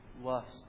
lust